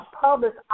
published